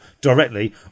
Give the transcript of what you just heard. directly